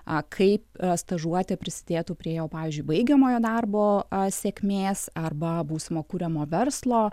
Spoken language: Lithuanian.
a kaip stažuotė prisidėtų prie jo pavyzdžiui baigiamojo darbo a sėkmės arba būsimo kuriamo verslo